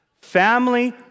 family